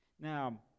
Now